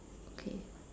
okay